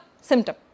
symptom